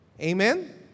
Amen